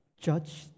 judge